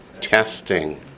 Testing